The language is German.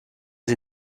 sie